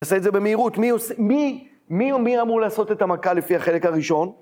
נעשה את זה במהירות, מי אמור לעשות את המכה לפי החלק הראשון?